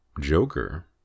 joker